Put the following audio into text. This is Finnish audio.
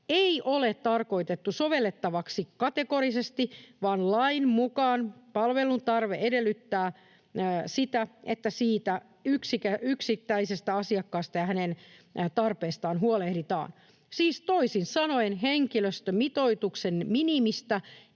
ei ole tarkoitettu sovellettavaksi kategorisesti, vaan lain mukaan palvelutarve edellyttää sitä, että yksittäisestä asiakkaasta ja hänen tarpeistaan huolehditaan. Siis toisin sanoen henkilöstömitoituksen minimistä